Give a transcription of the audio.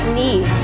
need